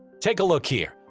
take a look here,